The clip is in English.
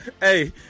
Hey